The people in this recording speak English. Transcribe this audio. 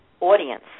audience